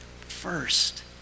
first